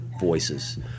voices